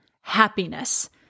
happiness